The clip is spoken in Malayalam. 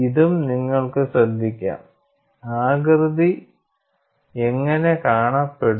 ഇതും നിങ്ങൾക്ക് ശ്രദ്ധിക്കാം ആകൃതി എങ്ങനെ കാണപ്പെടും